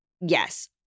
yes